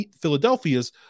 Philadelphia's